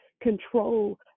control